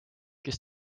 kes